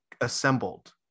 assembled